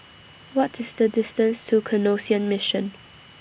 What IS The distance to Canossian Mission